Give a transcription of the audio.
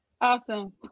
Awesome